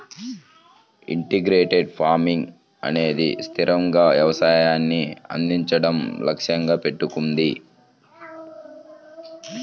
integrated farming అనేది స్థిరమైన వ్యవసాయాన్ని అందించడం లక్ష్యంగా పెట్టుకుంది